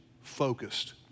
focused